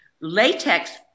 Latex